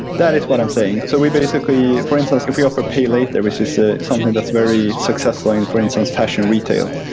that is what i'm saying. so we basically for instance, if we offer pay later, which is ah something that's very successful in, for instance, fashion retail,